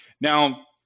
now